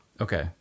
Okay